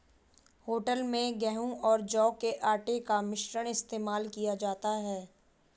hotel में गेहूं और जौ के आटे का मिश्रण इस्तेमाल किया जाता है